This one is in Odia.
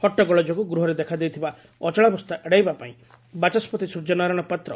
ହଟଟଗୋଳ ଯୋଗୁଁ ଗୃହରେ ଦେଖାଦେଇଥିବା ଅଚଳାବସ୍ତା ଏଡାଇବା ପାଇଁ ବାଚସ୍ତି ସୂର୍ଯ୍ନାରାୟଶ ପାତ୍ର